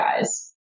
guys